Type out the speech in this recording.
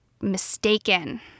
mistaken